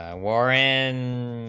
ah warren